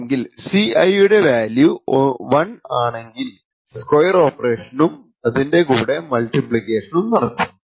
അല്ലെങ്കിൽ Ci യുടെ value 1 ആണെങ്കിൽ സ്ക്വെർ ഓപ്പറേഷനും square operation അതിലിന്റെ കൂടെ മൾട്ടിപ്ലിക്കേഷനും നടക്കും